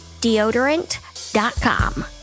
Deodorant.com